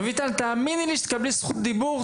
רויטל, את תקבלי זכות דיבור.